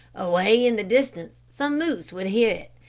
away in the distance some moose would hear it,